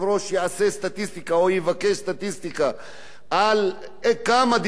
סטטיסטיקה או יבקש סטטיסטיקה של כמה דיברו חברי כנסת,